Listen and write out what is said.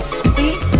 sweet